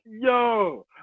yo